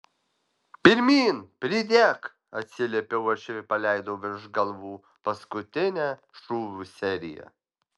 pirmyn pridek atsiliepiau aš ir paleidau virš galvų paskutinę šūvių seriją